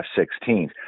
F-16s